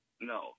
No